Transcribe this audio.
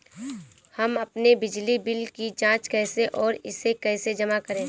हम अपने बिजली बिल की जाँच कैसे और इसे कैसे जमा करें?